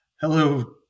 hello